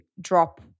drop